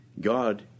God